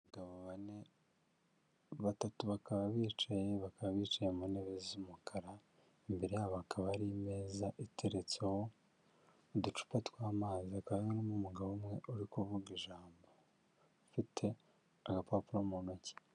Abagabo bane, batatu bakaba bicaye bakaba bicaye mu ntebe z'umukara, imbere yabo bakaba hari imeza iteretseho uducupa tw'amazi, hakaba harimo n'umugabo umwe uri kuvuga ijambo ufite agapapuro mu ntoki.